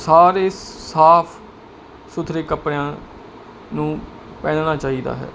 ਸਾਰੇ ਸਾਫ ਸੁਥਰੇ ਕੱਪੜਿਆਂ ਨੂੰ ਪਹਿਨਣਾ ਚਾਹੀਦਾ ਹੈ